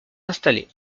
installés